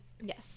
Yes